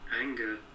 anger